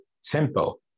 simple